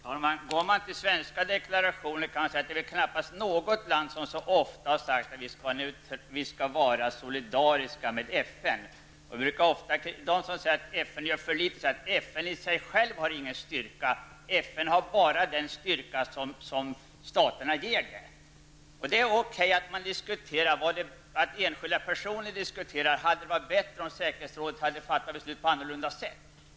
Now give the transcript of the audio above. Herr talman! Ser man på alla svenska deklarationer finner man att knappast något land så ofta har uttryckt att vi skall vara solidariska med FN. De som kritiserar FN brukar säga att FN självt har ingen styrka. FN har bara den styrka som staterna ger organisationen. Det är okej att enskilda personer diskuterar med varandra men det hade varit bättre om säkerhetsrådet hade fattat beslut på annorlunda sätt.